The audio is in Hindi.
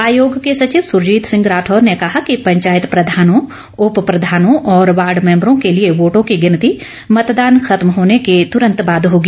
आयोग के सचिव सुरजीत सिंह राठौर ने कहा कि पंचायत प्रधानों उप प्रधानों और वार्ड मैम्बरो के लिए वोटों की गिनती मतदान खत्म होने के तूरंत बाद होगी